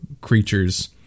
creatures